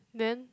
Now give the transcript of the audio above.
then